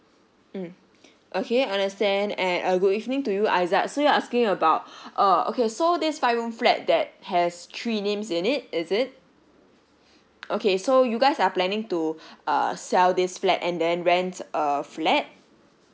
mm okay understand and a good evening to you aizat so you're asking about uh okay so this five room flat that has three names in it is it okay so you guys are planning to err sell this flat and then rent a flat